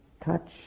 Touch